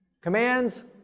commands